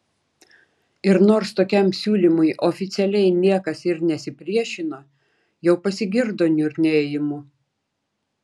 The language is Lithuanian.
ir nors tokiam siūlymui oficialiai niekas ir nesipriešino jau pasigirdo niurnėjimų